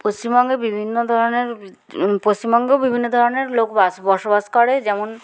পশ্চিমবঙ্গে বিভিন্ন ধরনের পশ্চিমবঙ্গেও বিভিন্ন ধরনের লোক বাস বসবাস করে যেমন